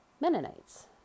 Mennonites